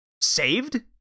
saved